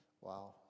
Wow